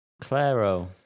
claro